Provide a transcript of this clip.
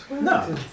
no